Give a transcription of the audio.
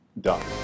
done